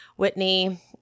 Whitney